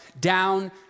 down